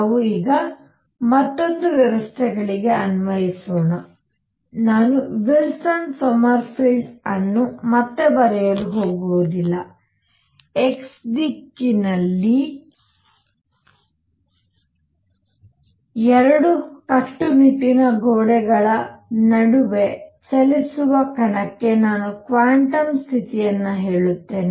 ನಾವು ಈಗ ಮತ್ತೊಂದು ವ್ಯವಸ್ಥೆಗಳಿಗೆ ಅನ್ವಯಿಸೋಣ ನಾನು ವಿಲ್ಸನ್ ಸೊಮರ್ಫೆಲ್ಡ್ ಅನ್ನು ಮತ್ತೆ ಬರೆಯಲು ಹೋಗುವುದಿಲ್ಲ x ದಿಕ್ಕಿನಲ್ಲಿ ಎರಡು ಕಟ್ಟುನಿಟ್ಟಿನ ಗೋಡೆಗಳ ನಡುವೆ ಚಲಿಸುವ ಕಣಕ್ಕೆ ನಾನು ಕ್ವಾಂಟಮ್ ಸ್ಥಿತಿಯನ್ನು ಹೇಳುತ್ತೇನೆ